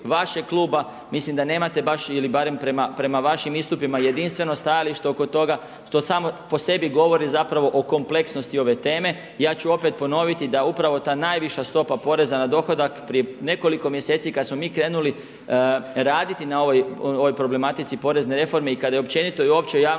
vašeg kluba, mislim da nemate baš, ili barem prema vašim istupima jedinstveno stajalište oko toga što samo po sebi govori zapravo o kompleksnosti ove teme. I ja ću opet ponoviti da upravo ta najviša stopa poreza na dohodak, prije nekoliko mjeseci kada smo mi krenuli raditi na ovoj problematici porezne reforme i kada je općenito i u općoj javnosti